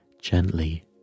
gently